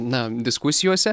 na diskusijose